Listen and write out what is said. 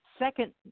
Second